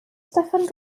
steffan